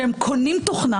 שהם קונים תוכנה